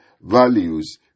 Values